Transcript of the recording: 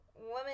woman